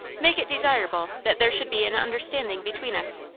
make it desirable that there should be an understanding between us.